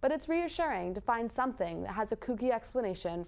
but it's reassuring to find something that has a kooky explanation